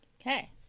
Okay